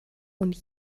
und